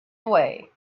away